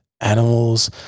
Animals